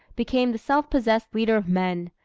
became the self-possessed leader of men,